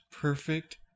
Perfect